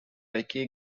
becky